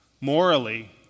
morally